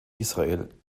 israel